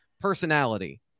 personality